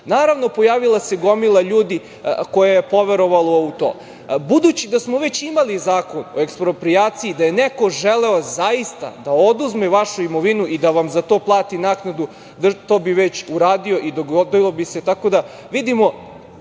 naravno, pojavila se gomila ljudi koja je poverovala u to. Budući da smo već imali Zakon o eksproprijaciji, da je neko želeo zaista da oduzme vašu imovinu i da vam za to plati naknadu, to bi već uradio i dogodilo bi se,